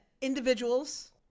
individuals